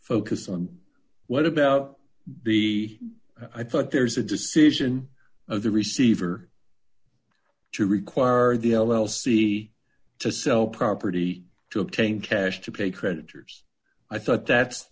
focus on what about b i thought there's a decision of the receiver to require the l l c to sell property to obtain cash to pay creditors i thought that's